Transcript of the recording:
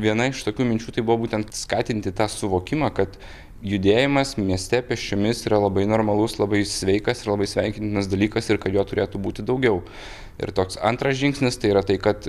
viena iš tokių minčių tai buvo būtent skatinti tą suvokimą kad judėjimas mieste pėsčiomis yra labai normalus labai sveikas ir labai sveikintinas dalykas ir kad jo turėtų būti daugiau ir toks antras žingsnis tai yra tai kad